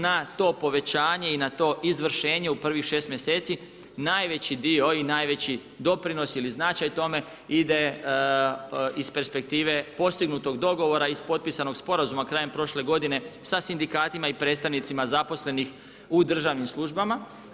Na to povećanje i na to izvršenje u prvih šest mjeseci najveći dio i najveći doprinos ili značaj tome ide iz perspektive postignutog dogovora, iz potpisanog sporazuma krajem prošle godine sa sindikatima i predstavnicima zaposlenih u državnim službama.